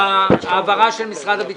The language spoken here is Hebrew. העברה של משרד הביטחון.